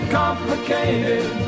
complicated